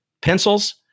Pencils